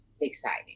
exciting